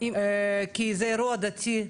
כי זה אירוע דתי,